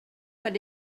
but